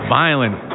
violent